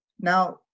Now